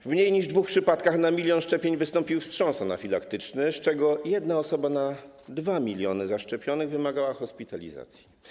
W mniej niż dwóch przypadkach na milion szczepień wystąpił wstrząs anafilaktyczny, z czego jedna osoba na 2 mln zaszczepionych wymagała hospitalizacji.